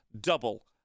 Double